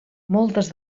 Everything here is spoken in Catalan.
moltes